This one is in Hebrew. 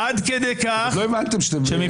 עוד לא הבנתם שאתם ----- עד כדי כך,